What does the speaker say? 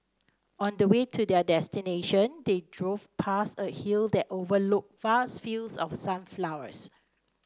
on the way to their destination they drove past a hill that overlooked vast fields of sunflowers